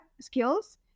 skills